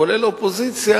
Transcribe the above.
כולל אופוזיציה